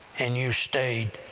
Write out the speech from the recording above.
and you stayed.